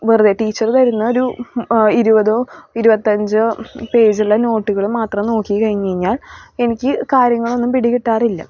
വെറുതെ ടീച്ചർ തരുന്നൊരു ഇരുപതോ ഇരുപത്തിയഞ്ചോ പേജ് ഉള്ള നോട്ടുകൾ മാത്രം നോക്കി കഴിഞ്ഞ് കഴിഞ്ഞാൽ എനിക്ക് കാര്യങ്ങളൊന്നും പിടി കിട്ടാറില്ല